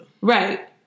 Right